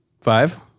Five